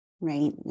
right